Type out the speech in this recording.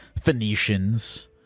Phoenicians